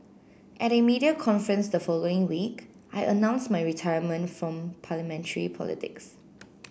at a media conference the following week I announced my retirement from parliamentary politics